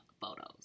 photos